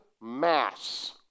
mass